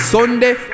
Sunday